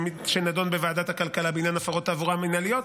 שנדון בוועדת הכלכלה בעניין הפרות תעבורה מינהליות,